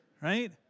right